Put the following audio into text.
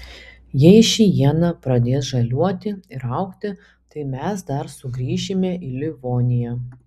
jei ši iena pradės žaliuoti ir augti tai mes dar sugrįšime į livoniją